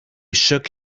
shook